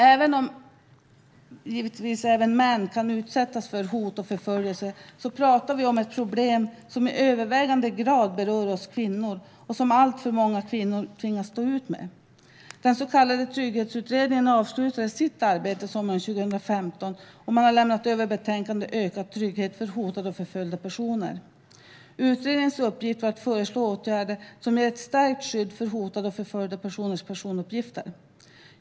Även om män givetvis också kan utsättas för hot och förföljelser talar vi om ett problem som i övervägande grad berör oss kvinnor och som alltför många kvinnor tvingas stå ut med. Den så kallade Trygghetsutredningen avslutade sitt arbete sommaren 2015 och har lämnat över betänkandet Ökad trygghet för hotade och förföljda personer . Utredningens uppgift var att föreslå åtgärder som ger ett stärkt skydd för hotade och förföljda personers personuppgifter.